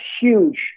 huge